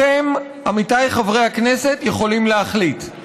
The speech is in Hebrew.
אתם, עמיתיי חברי הכנסת, יכולים להחליט.